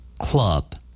club